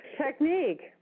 technique